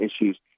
issues